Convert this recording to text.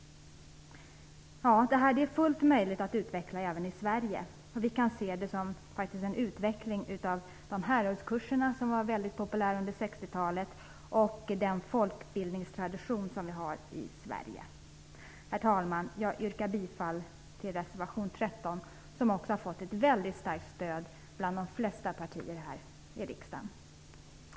Det är fullt möjligt att utveckla detta även i Sverige. Det kan ses som en utveckling av Hermodskurserna, som var mycket populära under 60-talet, och av den folkbildningstradition som vi har i Sverige. Herr talman! Jag yrkar bifall till reservation 13, som har fått ett mycket starkt stöd bland de flesta av partierna här i riksdagen.